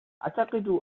أعتقد